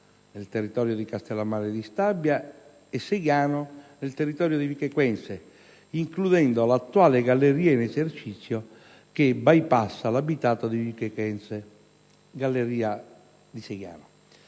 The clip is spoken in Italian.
nel territorio di Castellammare di Stabia e Seiano, nel territorio di Vico Equense, includendo l'attuale galleria in esercizio che bypassa l'abitato di Vico Equense (galleria di Seiano).